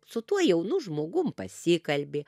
su tuo jaunu žmogum pasikalbi